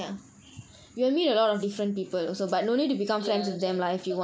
ya that'S why because I will also join like I mean ya